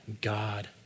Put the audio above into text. God